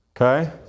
okay